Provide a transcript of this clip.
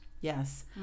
Yes